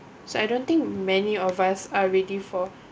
so I don't think many of us are ready for